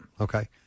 Okay